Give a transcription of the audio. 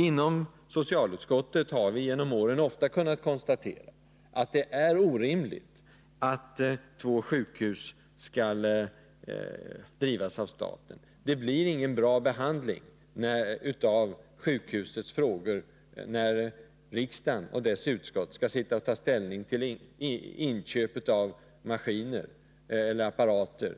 Inom socialutskottet har vi genom åren ofta kunnat konstatera att det är orimligt att två sjukhus drivs av staten. Det blir ingen bra behandling av sjukhusets frågor när riksdagen och dess utskott skall ta ställning till inköp av apparater